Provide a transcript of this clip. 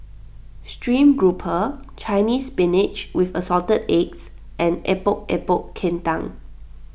Stream Grouper Chinese Spinach with Assorted Eggs and Epok Epok Kentang